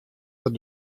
der